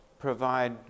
provide